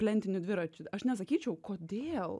plentiniu dviračiu aš nesakyčiau kodėl